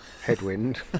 headwind